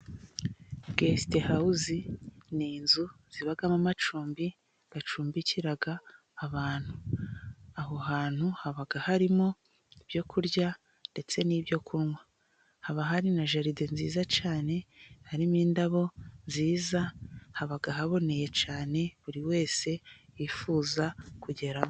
Gesita hawuze ni inzu ibamo amacumbi yacumbikira abantu. Aho hantu haba harimo ibyo kurya ndetse n'ibyo kunywa haba hari na geride nziza cyane, harimo indabo nziza haba haboneye cyane buri wese yifuza kugeraho.